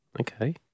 Okay